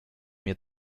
mir